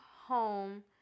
home